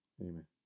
Amen